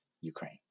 Ukraine